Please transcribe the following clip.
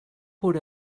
pur